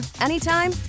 anytime